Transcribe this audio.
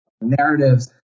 narratives